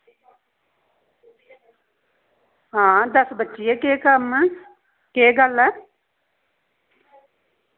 हां दस्स बच्चिये केह् कम्म केह् गल्ल ऐ